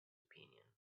opinion